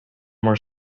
were